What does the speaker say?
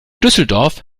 düsseldorf